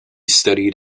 studied